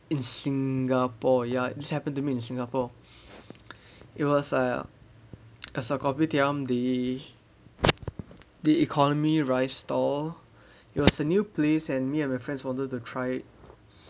in singapore ya it's happened to me in singapore it was uh as a kopitiam the the economy rice stall it was a new place and me and my friends wanted to try it